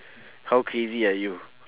how crazy are you